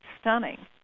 stunning